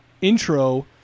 intro